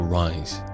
rise